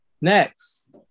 Next